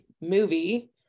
movie